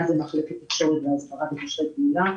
מחלקת מערכות תשלומים וסליקה ומחלקת תקשורת והסברה וקשרי קהילה.